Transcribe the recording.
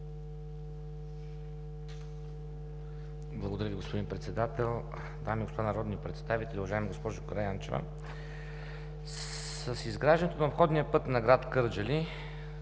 Благодаря Ви, господин Председател. Дами и господа народни представители! Уважаема госпожо Караянчева, с изграждането на обходния път на град Кърджали,